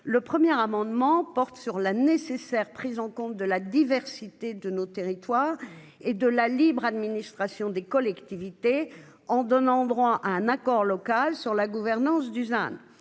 le premier amendement porte sur la nécessaire prise en compte de la diversité de nos territoires et de la libre administration des collectivités en donnant droit à un accord local sur la gouvernance Dusan